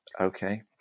okay